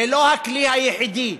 זה לא הכלי היחידי,